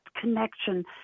connection